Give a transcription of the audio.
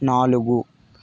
నాలుగు